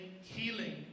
healing